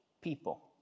people